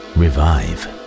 revive